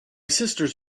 sisters